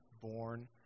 born